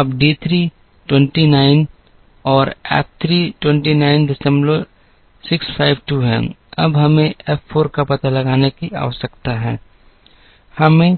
अब डी 3 29 और एफ 3 29652 है अब हमें एफ 4 का पता लगाने की आवश्यकता है हमें